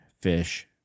fish